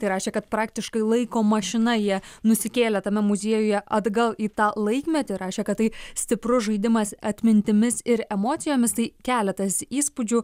tai rašė kad praktiškai laiko mašina jie nusikėlė tame muziejuje atgal į tą laikmetį rašė kad tai stiprus žaidimas atmintimis ir emocijomis tai keletas įspūdžių